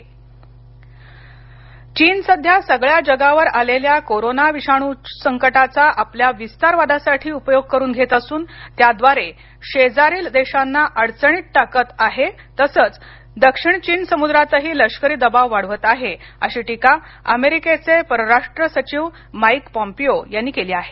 Pompeo चीन सध्या सगळ्या जगावर आलेल्या कोरोना विषाणू संकटाचा आपल्या विस्तारवादासाठी उपयोग करून घेत असून त्याद्वारे शेजारील देशांना अडचणीत टाकत असून दक्षिण चीन समुद्रातही लष्करी दबाव वाढवत आहे अशी टीका अमेरिकेचे परराष्ट्र सचिव माईक पोम्पियो यांनी केली आहे